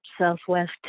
Southwest